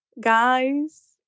guys